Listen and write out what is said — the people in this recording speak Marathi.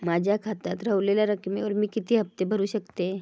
माझ्या खात्यात रव्हलेल्या रकमेवर मी किती हफ्ते भरू शकतय?